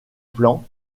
plan